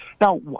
Now